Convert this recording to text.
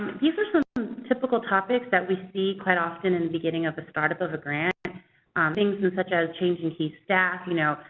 these are some typical topics that we see quite often in the beginning of a start up of the grant, so and things and such as changing key staff. you know,